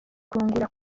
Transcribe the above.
kungukira